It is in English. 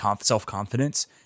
self-confidence